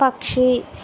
పక్షి